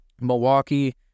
Milwaukee